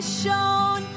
shown